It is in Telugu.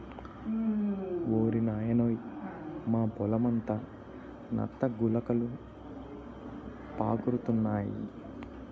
ఓరి నాయనోయ్ మా పొలమంతా నత్త గులకలు పాకురుతున్నాయి